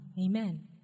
Amen